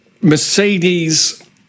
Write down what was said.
Mercedes